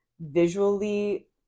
visually